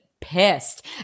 pissed